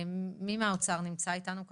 מי מהאוצר נמצא איתנו כרגע?